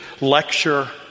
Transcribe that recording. lecture